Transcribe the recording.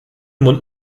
mund